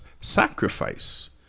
sacrifice